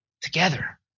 together